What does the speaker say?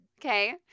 Okay